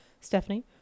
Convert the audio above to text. Stephanie